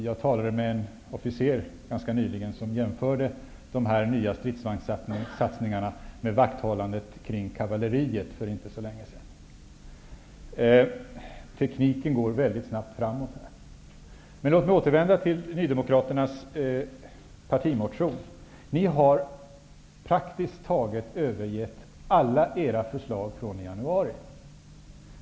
Jag talade ganska nyligen med en officer, som jämförde dessa stridsvagnssatsningar med vakthållandet kring kavalleriet för inte så länge sedan. Tekniken går väldigt snabbt framåt. Låt mig återvända till Nydemokraternas partimotion. Ni har praktiskt taget övergett alla era förslag från januari.